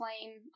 playing